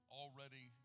already